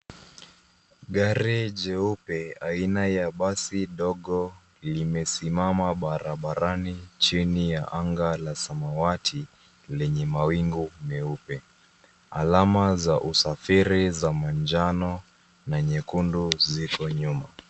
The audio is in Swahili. Gari jeupe aina ya basi dogo limesimama barabarani chini ya anga la samawati lenye mawingu meupe. Alama za usafiri za manjano na nyekundu ziko nyuma.